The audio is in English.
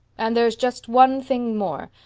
and there's just one thing more.